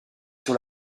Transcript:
sur